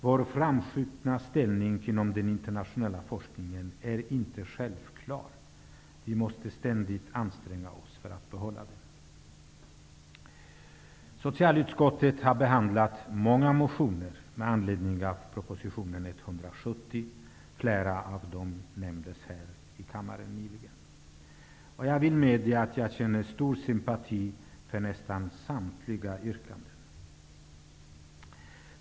Vår internationellt sett framskjutna ställning inom forskningen är inte självklar. Vi måste ständigt anstränga oss för att behålla den. Socialutskottet har behandlat många motioner med anledning av proposition 170. Flera av dem har nämnts här i kammaren. Jag känner stor sympati för nästan samtliga yrkanden.